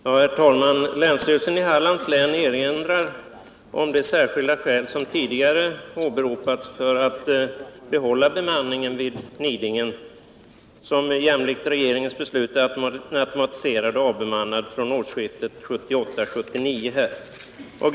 Herr talman! Länsstyrelsen i Hallands län erinrar om de särskilda skäl som tidigare åberopats för att behålla bemanningen vid Nidingen, som jämlikt regeringens beslut avbemannats fr.o.m. årsskiftet 1978-1979.